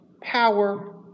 Power